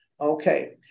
Okay